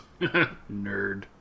nerd